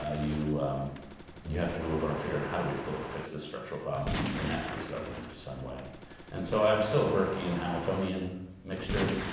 ah you you have to move over and figure out how do we feel fix this structural problem and you have to use government to some way and so i'm still a burkean hamiltonian mixture